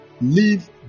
Leave